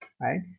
right